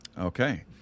Okay